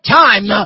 time